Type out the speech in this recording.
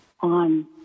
on